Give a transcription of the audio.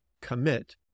commit